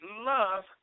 love